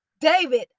David